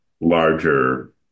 larger